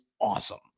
awesome